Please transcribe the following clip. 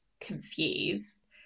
confused